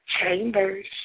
Chambers